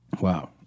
Wow